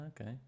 okay